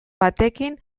batekin